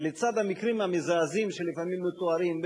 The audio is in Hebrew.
לצד המקרים המזעזעים שלפעמים מתוארים,